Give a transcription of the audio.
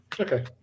Okay